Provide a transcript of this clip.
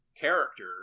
character